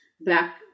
back